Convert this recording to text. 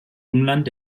umland